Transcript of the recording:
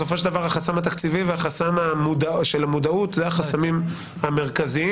בסופו של דבר החסם התקציבי וחסם המודעות הם החסמים המרכזיים.